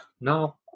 no